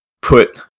Put